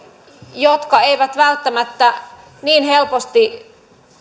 jotka eivät välttämättä niin helposti